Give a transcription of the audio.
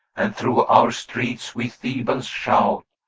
and through our streets we thebans shout,